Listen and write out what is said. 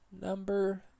number